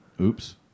Oops